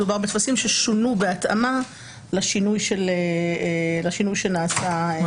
מדובר בטפסים ששונו בהתאמה לשינוי שנעשה בהליך.